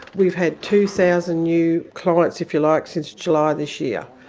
we've had two thousand new clients, if you like, since july this year.